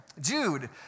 Jude